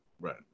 Right